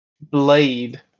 Blade